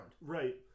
Right